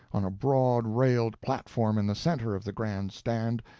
on a broad railed platform in the centre of the grand stand,